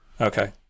Okay